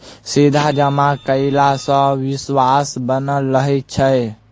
सीधा जमा कयला सॅ विश्वास बनल रहैत छै